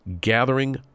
gathering